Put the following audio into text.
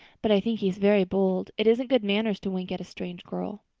but i think he's very bold. it isn't good manners to wink at a strange girl.